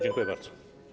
Dziękuję bardzo.